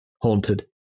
haunted